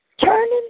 turning